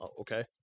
Okay